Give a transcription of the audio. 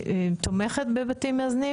תומכת בבתים מאזנים?